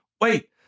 Wait